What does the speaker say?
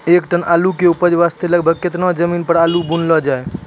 एक टन आलू के उपज वास्ते लगभग केतना जमीन पर आलू बुनलो जाय?